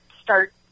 start